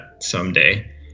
someday